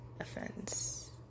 offense